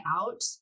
out